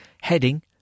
Heading